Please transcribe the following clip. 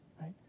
right